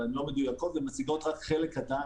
אבל הן לא מדויקות והן מציגות רק חלק קטן.